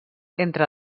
entre